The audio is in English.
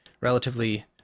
relatively